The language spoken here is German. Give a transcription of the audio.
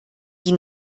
die